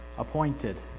Appointed